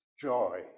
joy